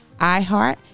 iHeart